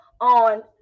on